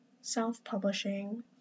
self-publishing